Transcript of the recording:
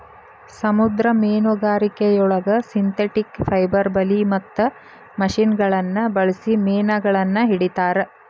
ಸಮುದ್ರ ಮೇನುಗಾರಿಕೆಯೊಳಗ synthetic fibre ಬಲಿ ಮತ್ತ ಮಷಿನಗಳನ್ನ ಬಳ್ಸಿ ಮೇನಗಳನ್ನ ಹಿಡೇತಾರ